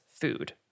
food